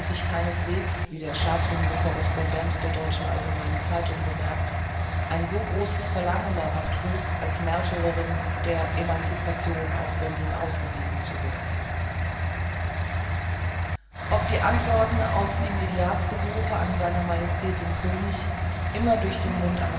keineswegs wie der scharfsinnige correspondent der deutschen allgemeinen zeitung bemerkt ein so großes verlangen darnach trug als märtyrerin der emancipation aus berlin gewiesen zu werden ob die antworten auf immediatgesuche an sr majestät den könig immer durch den mund